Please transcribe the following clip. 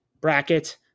bracket